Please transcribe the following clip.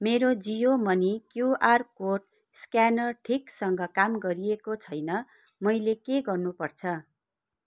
मेरो Jio money QR code scanner ठिकसँग काम गरिएको छैन मैले के गर्नुपर्छ